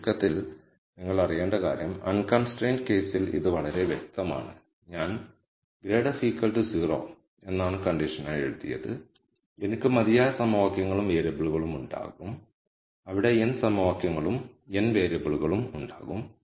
ചുരുക്കത്തിൽ നിങ്ങൾ അറിയേണ്ട കാര്യം അൺകൺസ്ട്രൈൻറ് കേസിൽ ഇത് വളരെ വ്യക്തമാണ് ഞാൻ ∇0 എന്നാണ് കണ്ടീഷൻ ആയി എഴുതുന്നത് എനിക്ക് മതിയായ സമവാക്യങ്ങളും വേരിയബിളുകളും ഉണ്ടാകും അവിടെ n സമവാക്യങ്ങളും n വേരിയബിളുകളും ഉണ്ടാകും